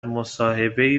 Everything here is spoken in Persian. مصاحبهای